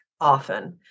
often